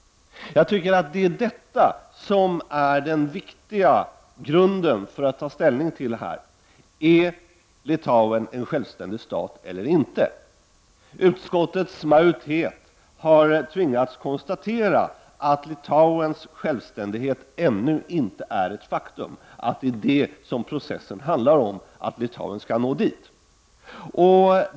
Jag tycker att det är detta som är den viktiga grunden för att man skall kunna ta ställning i den här frågan. Är Litauen en självständig stat eller inte? Utskottets majoritet har tvingats konstatera att Litauens självständighet ännu inte är ett faktum, att det som processen handlar om är att Litauen skall nå dit.